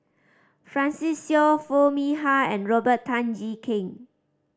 Francis Seow Foo Mee Har and Robert Tan Jee Keng